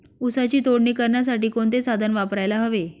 ऊसाची तोडणी करण्यासाठी कोणते साधन वापरायला हवे?